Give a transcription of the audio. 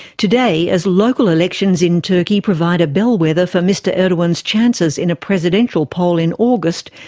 today, as local elections in turkey provide a bellwether for mr erdogan's chances in a presidential poll in august,